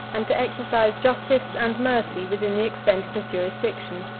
and to exercise justice and mercy within the extent of his jurisdiction.